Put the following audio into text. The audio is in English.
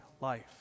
life